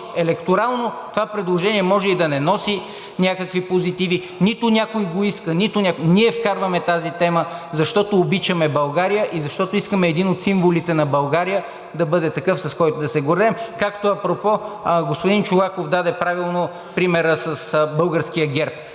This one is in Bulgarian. електорално това предложение може и да не носи някакви позитиви, нито някой го иска, нито някой… Ние вкарваме тази тема, защото обичаме България и защото искаме един от символите на България да бъде такъв, с който да се гордеем, както апропо господин Чолаков даде правилно примера с българския герб